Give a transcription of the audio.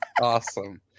Awesome